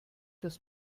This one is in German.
das